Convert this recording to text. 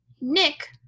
Nick-